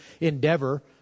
endeavor